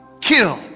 kill